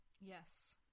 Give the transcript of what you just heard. Yes